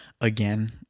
again